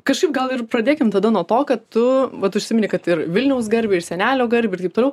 kažkaip gal ir pradėkim tada nuo to kad tu vat užsimeni kad ir vilniaus garbę ir senelio garbę ir taip toliau